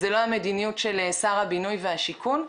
זאת לא המדיניות של שר הבינוי והשיכון.